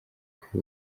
kwiha